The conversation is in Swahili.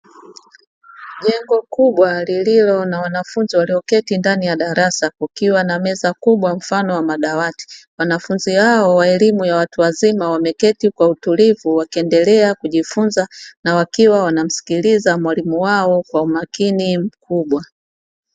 Jengo kubwa lililo na wanafunzi walioketi, kukiwa na meza kubwa mfano wa madawati. Wanafunzi hao watu wazima wameketi kwa utulivu wakiendelea kujifunza na wakiwa wanamsikiliza mwalimu wao kwa umakini mkubwa.